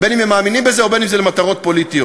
בין שהם מאמינים בזה ובין שזה למטרות פוליטיות.